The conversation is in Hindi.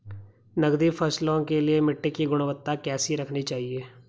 नकदी फसलों के लिए मिट्टी की गुणवत्ता कैसी रखनी चाहिए?